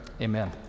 amen